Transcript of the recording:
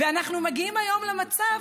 ואנחנו מגיעים היום למצב